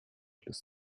ville